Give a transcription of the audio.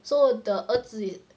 so the 儿子